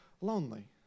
lonely